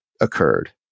occurred